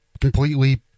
completely